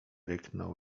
ryknął